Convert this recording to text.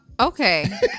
Okay